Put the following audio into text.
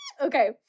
Okay